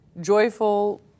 joyful